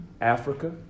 africa